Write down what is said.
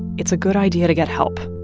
it's a good idea to get help.